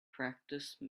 practice